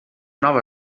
nova